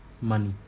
money